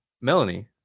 Melanie